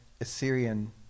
Assyrian